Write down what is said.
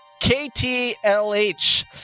KTLH